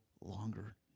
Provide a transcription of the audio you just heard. longer